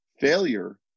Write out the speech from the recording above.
Failure